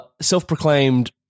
self-proclaimed